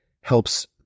helps